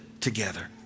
together